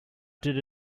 did